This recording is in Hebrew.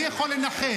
מי יכול לנחש?